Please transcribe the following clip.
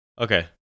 Okay